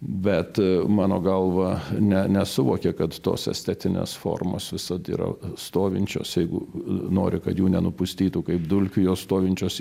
bet mano galva ne ne nesuvokė kad tos estetinės formos visad yra stovinčios jeigu nori kad jų nenupustitų kaip dulkių jos stovinčios